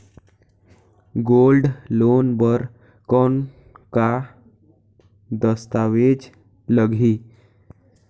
Gold loan बर कौन का दस्तावेज लगही?